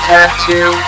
Tattoo